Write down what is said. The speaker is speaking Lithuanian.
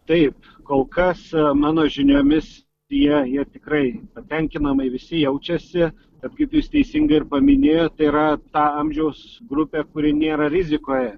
taip kol kas mano žiniomis tai jie jie tikrai patenkinamai visi jaučiasi bet kaip jūs teisingai ir paminėjot tai yra ta amžiaus grupė kuri nėra rizikoje